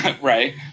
Right